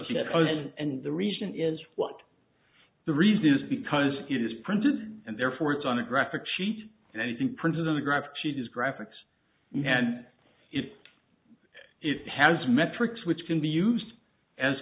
cause and the reason is what the reason is because it is printed and therefore it's on a graphic sheet and anything printed on a graphic she does graphics and if it has metrics which can be used as